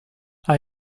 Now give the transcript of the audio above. hij